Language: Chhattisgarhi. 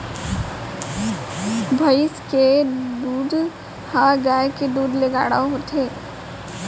भईंस के दूद ह गाय के दूद ले गाढ़ा होथे